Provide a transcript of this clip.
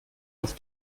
auf